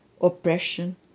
oppression